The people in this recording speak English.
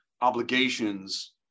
obligations